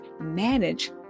Manage